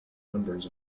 numbers